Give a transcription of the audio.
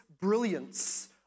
brilliance